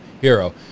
hero